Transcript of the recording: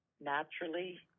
naturally